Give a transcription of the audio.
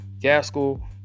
Gaskell